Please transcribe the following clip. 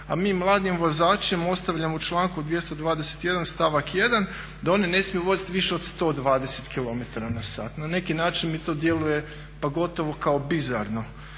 a mi mladim vozačima ostavljamo u članku 221, stavak 1. da oni ne smiju voziti više od 120 km na sat. Na neki način mi to djeluje pa gotovo kao bizarno.